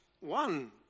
One